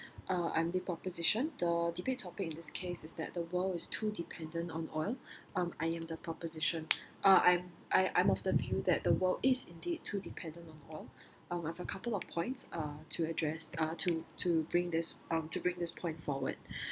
uh I'm the proposition the debate topic in this case is that the world is too dependent on oil um I am the proposition uh I I I'm of the view that the world is indeed too dependent on oil um I've a couple of points uh to address uh to to bring this um to bring this point forward